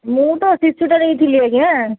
ମୁଁ ତ ଶିଶୁଟା ନେଇଥିଲି ଆଜ୍ଞା